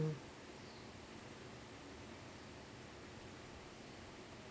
mmhmm